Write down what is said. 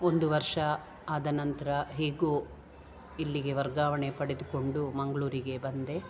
ಒಂದು ವರ್ಷ ಆದ ನಂತರ ಹೇಗೋ ಇಲ್ಲಿಗೆ ವರ್ಗಾವಣೆ ಪಡೆದುಕೊಂಡು ಮಂಗಳೂರಿಗೆ ಬಂದೆ